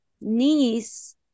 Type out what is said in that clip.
niece